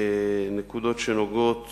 שנוגעות